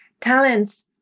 talents